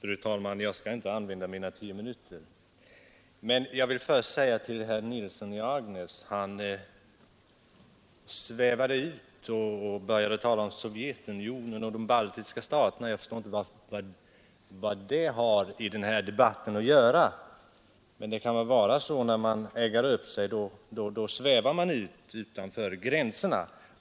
Fru talman! Jag skall inte använda mina tio minuter, men jag vill först säga några ord till herr Nilsson i Agnäs. Han svävade ut och började tala om Sovjetunionen och de baltiska staterna. Jag förstår inte vad de har i den här debatten att göra. Men det kan bli så att när man eggar upp sig svävar man i väg utanför gränserna.